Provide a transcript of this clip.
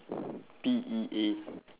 P E A